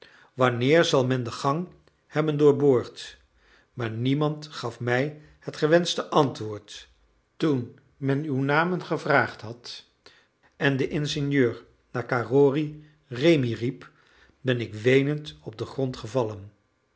wanneer zal met de gang hebben doorboord maar niemand gaf mij het gewenschte antwoord toen men uw namen gevraagd had en de ingenieur na carrory rémi riep ben ik weenend op den grond gevallen